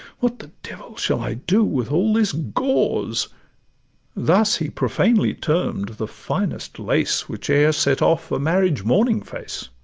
what the devil shall i do with all this gauze thus he profanely term'd the finest lace which e'er set off a marriage-morning face.